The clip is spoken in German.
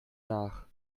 nach